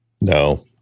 No